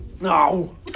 No